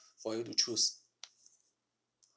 for you to choose